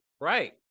Right